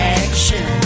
action